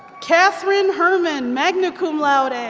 cathyrn herman, magna cum laude. and